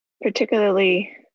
particularly